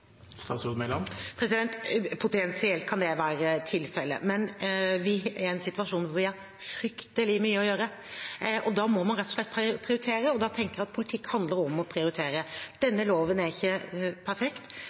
Potensielt kan det være tilfellet, men vi er i en situasjon der vi har fryktelig mye å gjøre, og da må man rett og slett prioritere. Jeg tenker at politikk handler om å prioritere. Denne loven er ikke perfekt,